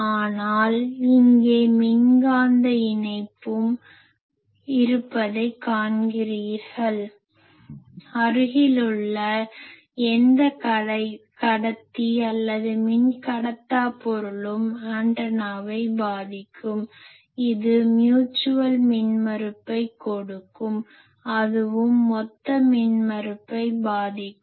ஆனால் இங்கே மின்காந்த இணைப்பும் இருப்பதைக் காண்கிறீர்கள் அருகிலுள்ள எந்த கடத்தி அல்லது மின்கடத்தா பொருளும் ஆண்டனாவை பாதிக்கும் இது மியூட்சுவல் மின்மறுப்பைக் கொடுக்கும் அதுவும் மொத்த மின்மறுப்பை பாதிக்கும்